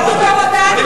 תחקרו גם אותנו.